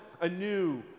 anew